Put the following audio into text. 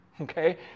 Okay